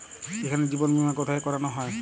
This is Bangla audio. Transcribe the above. এখানে জীবন বীমা কোথায় করানো হয়?